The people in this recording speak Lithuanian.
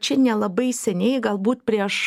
čia nelabai seniai galbūt prieš